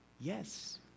Yes